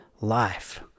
life